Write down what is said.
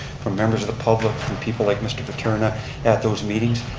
from members of the public, from people like mr. viteturna at those meetings.